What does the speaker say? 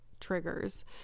triggers